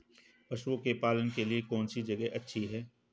पशुओं के पालन के लिए कौनसी जगह अच्छी है?